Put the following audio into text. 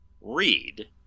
read